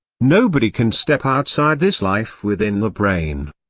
nobody can step outside this life within the brain.